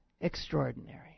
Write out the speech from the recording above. Extraordinary